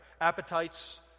appetites